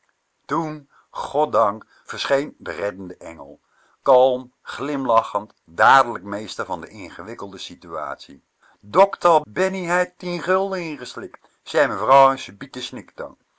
toen goddank verscheen de reddende engel kalm glimlachend dadelijk meester van de ingewikkelde situatie dokter bennie heit tien gulden ingeslikt zei mevrouw